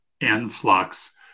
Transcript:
influx